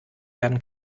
werden